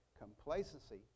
complacency